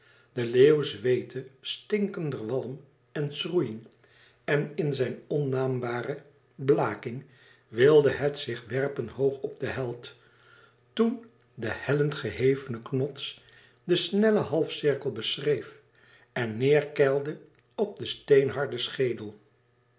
de leeuw zweette stinkender walm en schroeiïng en in zijn onaâmbare blaking wilde het zich werpen hoog op den held toen de hellend gehevene knots den snellen halfcirkel beschreef en neêr keilde op den steenharden schedel